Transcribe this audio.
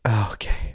Okay